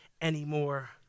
anymore